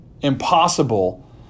impossible